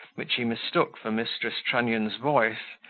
which he mistook for mrs. trunnion's voice,